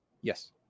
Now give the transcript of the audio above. Yes